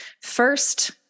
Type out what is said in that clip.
First